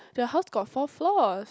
their house got four floors